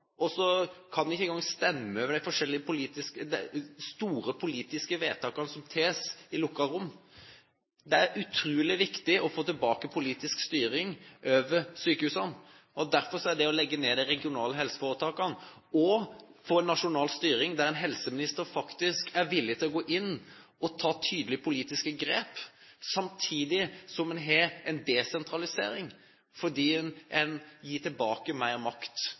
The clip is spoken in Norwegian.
Og så sitter vi her i denne sal og kan ikke engang stemme over de store politiske vedtakene som tas i lukkede rom. Det er utrolig viktig å få tilbake politisk styring over sykehusene, å legge ned de regionale helseforetakene og få en nasjonal styring der en helseminister faktisk er villig til å gå inn og ta tydelige politiske grep, samtidig som en har en desentralisering fordi en gir tilbake mer makt